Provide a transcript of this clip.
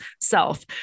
self